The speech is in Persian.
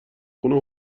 خونه